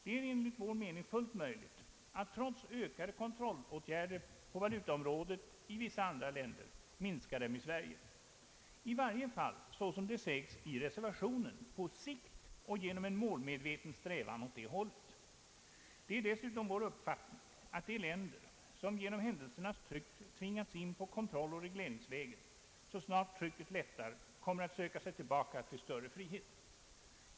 Det är enligt vår mening fullt möjligt att trots ökade kontrollåtgärder på valutaområdet i andra länder minska dem i Sverige, i varje fall, såsom det sägs i reservationen, på sikt och genom en målmedveten strävan åt det hållet. Det är dessutom vår uppfattning att de länder, som genom händelsernas tryck tvingats in på kontrolloch regleringsvägen, så snart trycket lättar kommer att söka sig tillbaka till större frihet.